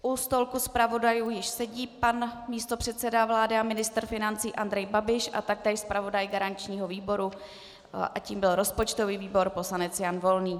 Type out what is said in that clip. U stolku zpravodajů již sedí pan místopředseda vlády a ministr financí Andrej Babiš a taktéž zpravodaj garančního výboru, tím byl rozpočtový výbor, poslanec Jan Volný.